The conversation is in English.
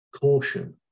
caution